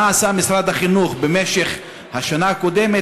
מה עשה משרד החינוך במשך השנה הקודמת